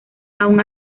aun